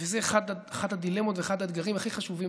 וזאת אחת הדילמות ואחד האתגרים הכי חשובים